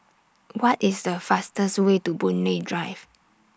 What IS The fastest Way to Boon Lay Drive